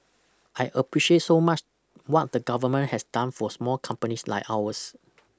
I appreciate so much what the government has done for small companies like ours